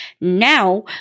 Now